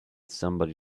somebody